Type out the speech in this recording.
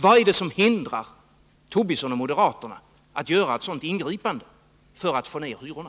Vad är det som hindrar Lars Tobisson och moderaterna att göra ett sådant ingripande för att få ner hyrorna?